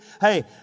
Hey